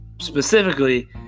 specifically